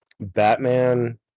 Batman